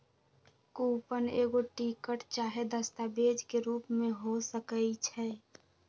coupon एगो ticket चाहे दस्तावेज के रूप में हो सकइ छै